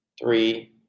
three